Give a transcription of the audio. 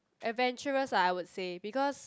adventurous lah I would say because